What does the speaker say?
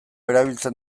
erabiltzen